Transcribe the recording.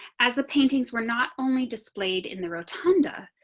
as the paintings were not only displayed in the rotunda,